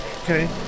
Okay